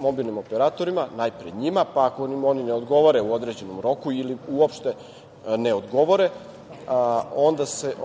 mobilnim operatorima, najpre njima, pa ako im oni ne odgovore u određenom roku ili uopšte ne odgovore,